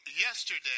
yesterday